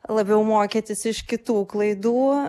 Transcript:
labiau mokytis iš kitų klaidų